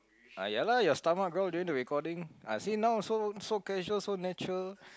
ah ya lah your stomach growl during the recording ah see now so so casual so natural